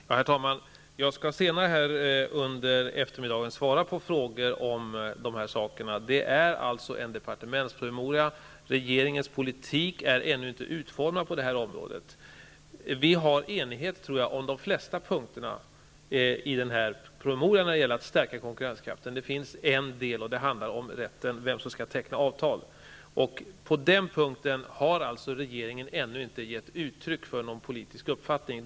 Herr talman! Jag skall senare under eftermiddagen svara på frågor om dessa saker. Det finns alltså en departementspromemoria. Regeringens politik är ännu inte utformad på det här området. Jag tror att vi är eniga på de flesta punkterna i promemorian när det gäller att stärka konkurrenskraften. En del handlar om vem som skall ha rätt att teckna avtal. På den punkten har regeringen ännu inte gett uttryck för någon politisk uppfattning.